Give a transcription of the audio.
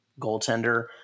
goaltender